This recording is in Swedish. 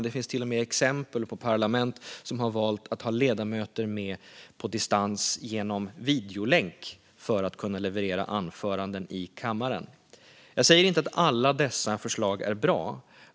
Det finns till och med exempel på parlament som har valt att ha ledamöter med på distans genom videolänk för att leverera anföranden i kammaren. Jag säger inte att alla dessa förslag är bra.